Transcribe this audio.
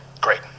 Great